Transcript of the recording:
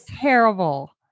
terrible